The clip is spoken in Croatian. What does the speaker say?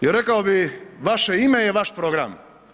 I rekao bi vaše ime je vaš program.